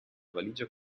valigia